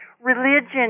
Religion